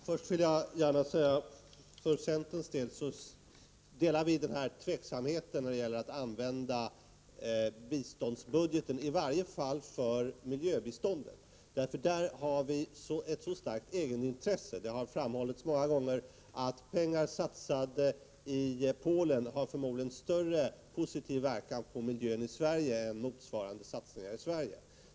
Herr talman! Jag vill först säga att vi från centerns sida delar tveksamheten inför att använda biståndsbudgeten, i varje fall för miljöbiståndet, eftersom Sverige här har ett så starkt egenintresse. Det har många gånger framhållits att pengar satsade i Polen förmodligen har en större positiv inverkan på miljön i Sverige än motsvarande satsning i Sverige.